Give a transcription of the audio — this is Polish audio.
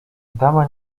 dama